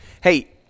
Hey